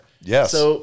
Yes